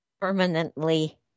permanently